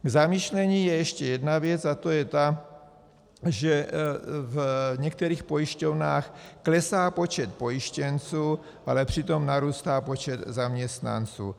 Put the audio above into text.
K zamyšlení je ještě jedna věc, a to je ta, že v některých pojišťovnách klesá počet pojištěnců, ale přitom narůstá počet zaměstnanců.